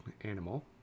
animal